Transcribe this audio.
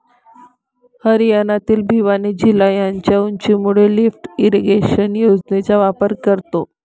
हरियाणातील भिवानी जिल्हा त्याच्या उंचीमुळे लिफ्ट इरिगेशन योजनेचा वापर करतो